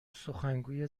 سخنگوی